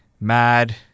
mad